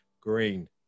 Green